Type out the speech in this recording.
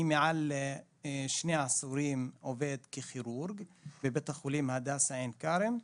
אני עובד מעל שני עשורים ככירורג בבית החולים הדסה עין כרם,